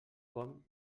com